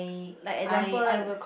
like example